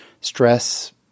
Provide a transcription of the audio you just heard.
stress